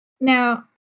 Now